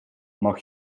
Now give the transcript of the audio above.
mag